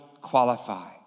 qualify